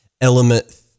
element